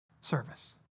service